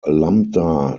lambda